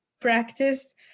practice